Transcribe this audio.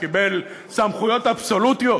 שקיבל סמכויות אבסולוטיות